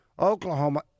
Oklahoma